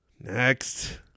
Next